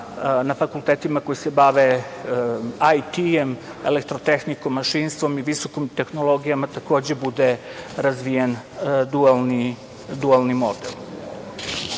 na fakultetima koji se bave IT, elektrotehnikom, mašinstvom i visokim tehnologijama, takođe bude razvijen dualni model. Na